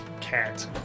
cat